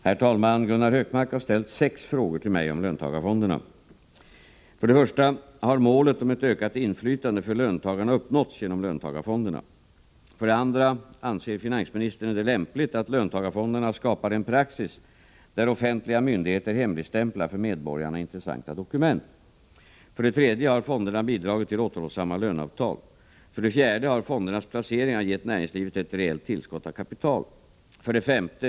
Herr talman! Gunnar Hökmark har ställt sex frågor till mig om löntagarfonderna. 2. Anser finansministern det lämpligt att löntagarfonderna skapar en praxis där offentliga myndigheter hemligstämplar för medborgarna intressanta dokument? 3. Har fonderna bidragit till återhållsamma löneavtal? 4. Har fondernas placeringar gett näringslivet ett reellt tillskott av kapital? 5.